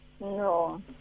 No